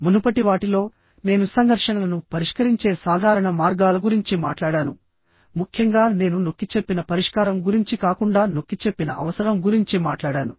మునుపటి వాటిలో నేను సంఘర్షణలను పరిష్కరించే సాధారణ మార్గాల గురించి మాట్లాడాను ముఖ్యంగా నేను నొక్కి చెప్పిన పరిష్కారం గురించి కాకుండా నొక్కి చెప్పిన అవసరం గురించి మాట్లాడాను